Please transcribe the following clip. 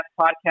podcast